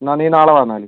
എന്നാൽ നീ നാളെ വാ എന്നാൽ